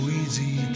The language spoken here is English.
easy